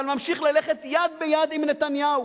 אבל ממשיך ללכת יד ביד עם נתניהו,